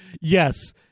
yes